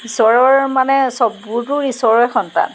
ঈশ্বৰৰ মানে সববোৰতো ঈশ্বৰৰে সন্তান